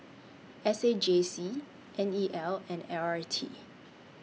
S A J C N E L and L R T